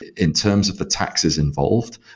in terms of the taxes involved,